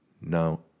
No